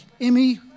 Emmy